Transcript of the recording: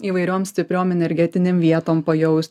įvairiom stipriom energetinėm vietom pajaust